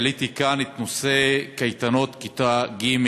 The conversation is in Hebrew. העליתי כאן את נושא קייטנות כיתה ג'